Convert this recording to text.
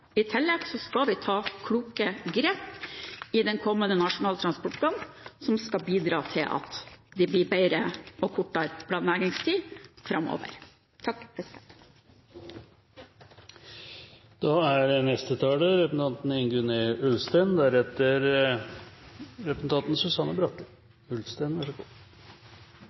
I tillegg skal vi ta kloke grep i den kommende Nasjonal transportplan som skal bidra til at det blir bedre og kortere planleggingstid framover. Interpellanten tar opp et svært aktuelt og viktig tema. Utfordringen med tidkrevende planprosesser er